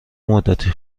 مدتی